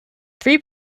three